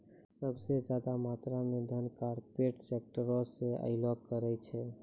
सभ से ज्यादा मात्रा मे धन कार्पोरेटे सेक्टरो से अयलो करे छै